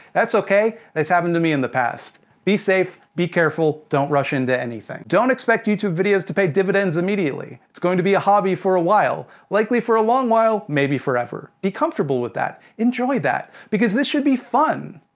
that's okay. it's happened to me in the past. be safe, be careful, don't rush into anything. don't expect youtube videos to pay dividends immediately. it's going to be a hobby for a while. likely for a long while, maybe forever. be comfortable with that. enjoy that. because this should be fun.